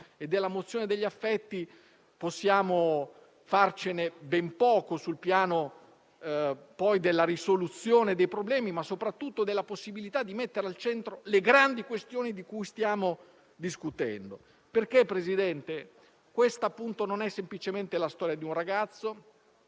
una mozione degli affetti di cui possiamo farci ben poco sul piano della risoluzione dei problemi, ma soprattutto della possibilità di mettere al centro le grandi questioni di cui stiamo discutendo. Questa non è semplicemente la storia di un ragazzo,